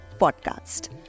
podcast